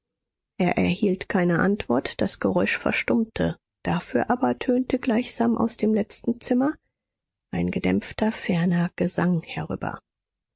er erhielt keine antwort das geräusch verstummte dafür aber tönte gleichsam aus dem letzten zimmer ein gedämpfter ferner gesang herüber